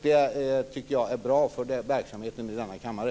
Det tycker jag är bra för verksamheten i denna kammare.